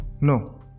No